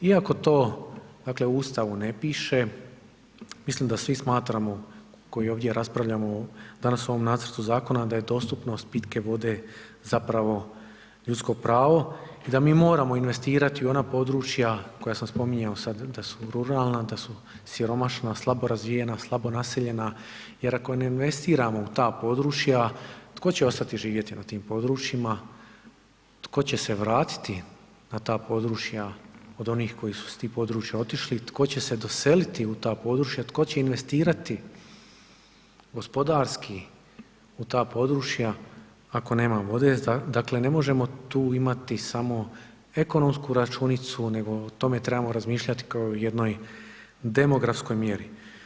Iako to, dakle, u Ustavu ne piše, mislim da svi smatramo koji ovdje raspravljamo danas o ovom nacrtu Zakona da je dostupnost pitke vode zapravo ljudsko pravo i da mi moramo investirati u ona područja koja sam spominjao sad da su ruralna, da su siromašna, slabo razvijena, slabo naseljena, jer ako ne investiramo u ta područja tko će ostati živjeti na tim područjima, tko će se vratiti na ta područja od onih koji su s tih područja otišli, i tko će se doseliti u ta područja, tko će investirati gospodarski u ta područja ako nema vode, dakle ne možemo tu imati samo ekonomsku računicu, nego o tome trebamo razmišljati kao o jednoj demografskoj mjeri.